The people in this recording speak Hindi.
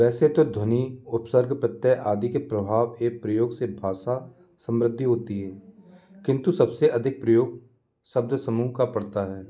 वैसे तो ध्वनि उपसर्ग प्रत्यय आदि के प्रभाव एवम प्रयोग से भाषा समृद्धि होती है किन्तु सबसे अधिक प्रयोग शब्द समूह का पड़ता है